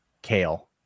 Kale